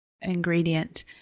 ingredient